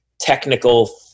technical